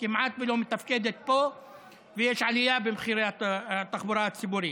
כמעט לא מתפקדת פה ויש עלייה במחירי התחבורה הציבורית.